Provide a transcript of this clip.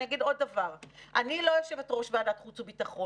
אני אגיד עוד דבר: אני לא יושבת-ראש ועדת החוץ והביטחון,